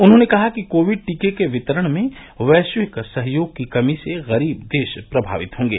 उन्होंने कहा कि कोविड टीके के वितरण में वैश्विक सहयोग की कमी से गरीब देश प्रभावित होंगे